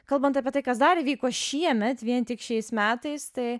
kalbant apie tai kas dar įvyko šiemet vien tik šiais metais tai